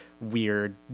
weird